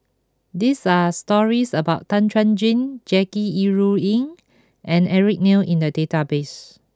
these are stories about Tan Chuan Jin Jackie Yi Ru Ying and Eric Neo in the database